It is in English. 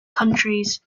countries